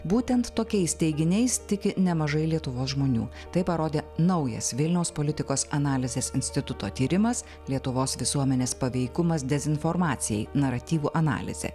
būtent tokiais teiginiais tiki nemažai lietuvos žmonių tai parodė naujas vilniaus politikos analizės instituto tyrimas lietuvos visuomenės paveikumas dezinformacijai naratyvų analizė